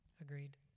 Agreed